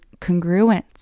congruence